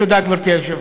תודה, גברתי היושבת-ראש.